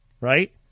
Right